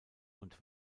und